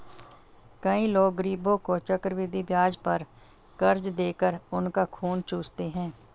कई लोग गरीबों को चक्रवृद्धि ब्याज पर कर्ज देकर उनका खून चूसते हैं